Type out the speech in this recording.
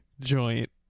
joint